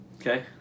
okay